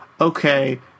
okay